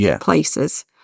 places